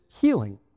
healing